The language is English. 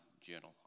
journal